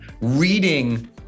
reading